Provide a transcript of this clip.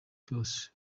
cose